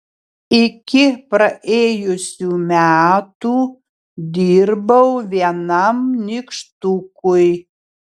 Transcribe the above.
iki praėjusių metų dirbau vienam nykštukui